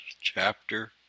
Chapter